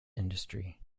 industry